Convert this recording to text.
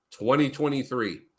2023